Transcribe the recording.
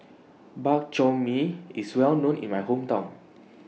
Bak Chor Mee IS Well known in My Hometown